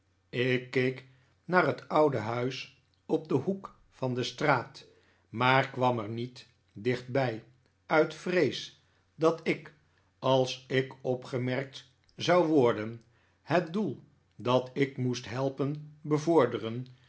ik keek naar het oude huis op den hoek vande straat maar kwam er niet dichtbij uit vrees dat ik als ik opgemerkt zou worden het doel dat ik moest helpen bevorderen